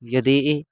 यदि